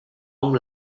ông